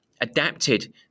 adapted